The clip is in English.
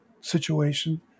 situation